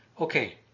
okay